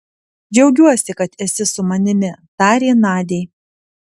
džiaugiuosi kad esi su manimi tarė nadiai